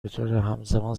بطورهمزمان